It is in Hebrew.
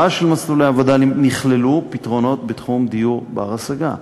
של מסלולי הווד"לים נכללו פתרונות בתחום דיור בר-השגה.